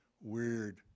weird